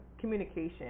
communication